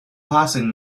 passing